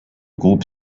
groupe